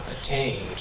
attained